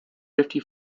fifty